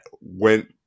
went